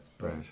Right